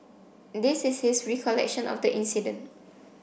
this is his recollection of the incident